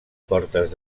portes